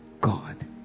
God